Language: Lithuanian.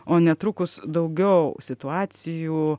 o netrukus daugiau situacijų